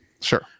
sure